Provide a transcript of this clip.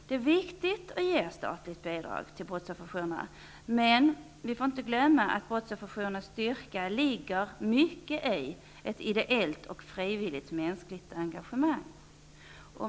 Det är viktigt att ge statligt bidrag till brottsofferjourerna, men vi får inte glömma att brottsofferjourernas styrka mycket ligger i ett ideellt och frivilligt mänskligt engagemang.